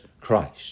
Christ